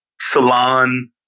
salon